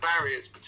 barriers